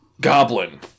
goblin